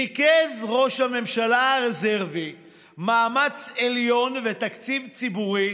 ריכז ראש הממשלה הרזרבי מאמץ עליון ותקציב ציבורי